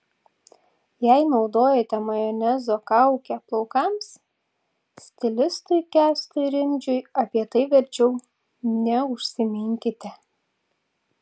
jei naudojate majonezo kaukę plaukams stilistui kęstui rimdžiui apie tai verčiau neužsiminkite